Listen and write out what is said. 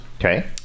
Okay